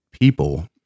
people